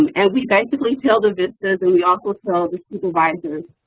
and and we basically tell the vistas, and we also tell the supervisors,